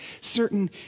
certain